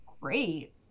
great